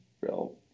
real